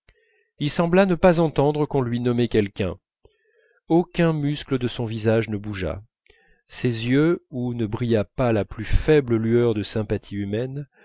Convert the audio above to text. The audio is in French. il sembla ne pas entendre qu'on lui nommait quelqu'un aucun muscle de son visage ne bougea ses yeux où ne brilla pas la plus faible lueur de sympathie humaine